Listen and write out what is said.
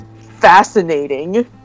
fascinating